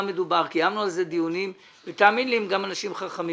קיימנו על כך דיונים ותאמין לי שהם גם אנשים חכמים,